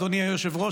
אדוני היושב-ראש,